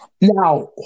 now